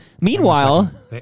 Meanwhile